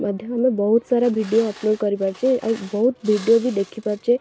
ମଧ୍ୟ ଆମେ ବହୁତ ସାରା ଭିଡ଼ିଓ ଅପଲୋଡ଼୍ କରିପାରୁଛେ ଆଉ ବହୁତ ଭିଡ଼ିଓ ବି ଦେଖିପାରୁଛେ